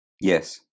Yes